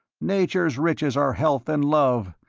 nature's riches are health and love.